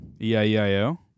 E-I-E-I-O